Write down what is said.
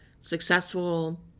successful